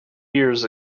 years